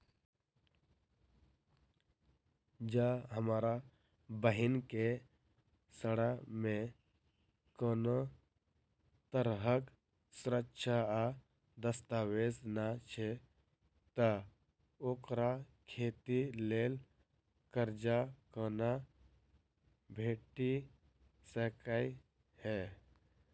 जँ हमरा बहीन केँ सङ्ग मेँ कोनो तरहक सुरक्षा आ दस्तावेज नै छै तऽ ओकरा खेती लेल करजा कोना भेटि सकैये?